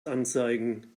anzeigen